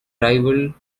rivaled